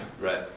right